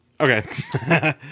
okay